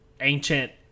ancient